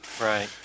Right